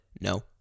no